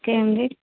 okay అండి